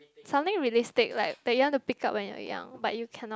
something realistic like that one you want to pick up when you're young but you cannot